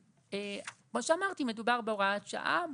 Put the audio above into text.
כמו שאמרתי, מדובר בהוראת שעה.